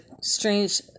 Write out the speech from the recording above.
strange